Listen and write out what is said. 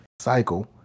cycle